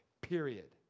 Period